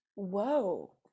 Whoa